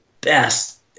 best